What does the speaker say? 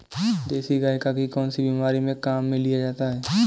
देसी गाय का घी कौनसी बीमारी में काम में लिया जाता है?